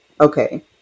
okay